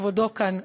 כבודו כאן,